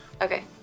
Okay